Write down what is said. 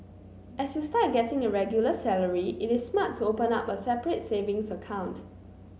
as you start getting a regular salary it is smart to open up a separate savings account